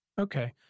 Okay